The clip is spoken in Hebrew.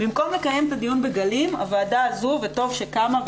במקום לקיים את הדיון בגלים הוועדה הזו וטוב שקמה,